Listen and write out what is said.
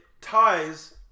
ties